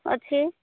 ଅଛି